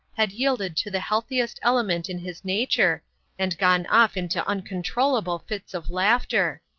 had yielded to the healthiest element in his nature and gone off into uncontrollable fits of laughter.